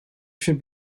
should